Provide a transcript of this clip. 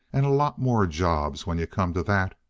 and a lot more jobs, when you come to that!